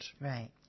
Right